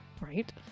Right